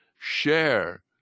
share